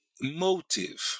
motive